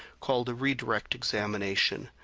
called a redirect examination.